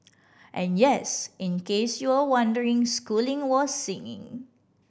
and yes in case you were wondering Schooling was singing